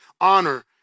honor